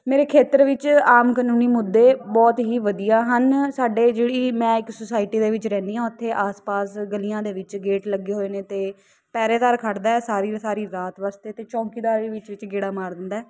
ਮੇਰੇ ਖੇਤਰ ਵਿੱਚ ਆਮ ਕਾਨੂੰਨੀ ਮੁੱਦੇ ਬਹੁਤ ਹੀ ਵਧੀਆ ਹਨ ਸਾਡੇ ਜਿਹੜੀ ਮੈਂ ਇੱਕ ਸੋਸਾਇਟੀ ਦੇ ਵਿੱਚ ਰਹਿੰਦੀ ਹਾਂ ਉੱਥੇ ਆਸ ਪਾਸ ਗਲੀਆਂ ਦੇ ਵਿੱਚ ਗੇਟ ਲੱਗੇ ਹੋਏ ਨੇ ਅਤੇ ਪਹਿਰੇਦਾਰ ਖੜ੍ਹਦਾ ਸਾਰੀ ਸਾਰੀ ਰਾਤ ਵਾਸਤੇ ਅਤੇ ਚੌਂਕੀਦਾਰ ਵੀ ਵਿੱਚ ਵਿੱਚ ਗੇੜਾ ਮਾਰ ਦਿੰਦਾ